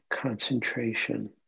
concentration